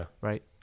right